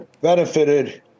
benefited